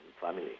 family